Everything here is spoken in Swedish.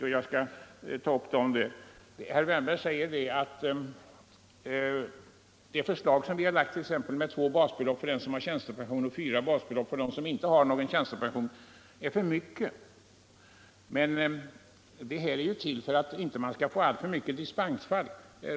Herr Wärnberg säger att vårt förslag om rätt till avdrag för pensionsförsäkringspremier med två basbelopp för den som har tjänstepension och med fyra basbelopp för den som inte har tjänstepension ger alltför stora pensioner. Men förslaget har ju tillkommit i syfte att undvika alltför många dispensfall.